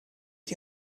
die